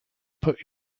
put